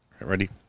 Ready